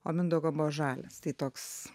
o mindaugo buvo žalias tai toks